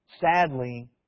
Sadly